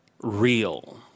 Real